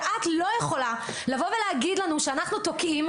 שאת לא יכולה לבוא ולהגיד לנו שאנחנו תוקעים,